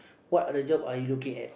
what other job are you looking at